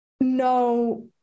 no